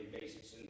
basis